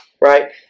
right